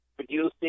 Producing